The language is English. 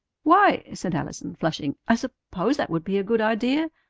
why, said allison, flushing, i suppose that would be a good idea.